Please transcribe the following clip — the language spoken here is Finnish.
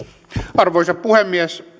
arvoisa puhemies